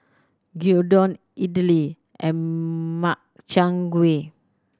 Gyudon Idili and Makchang Gui